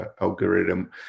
algorithm